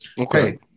Okay